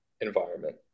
environment